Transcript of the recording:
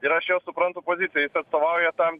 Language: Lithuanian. ir aš jo suprantu poziciją jis atstovauja tą